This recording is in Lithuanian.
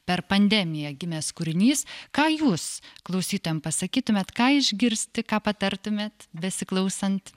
per pandemiją gimęs kūrinys ką jūs klausytojam pasakytumėt ką išgirsti ką patartumėt besiklausant